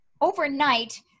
overnight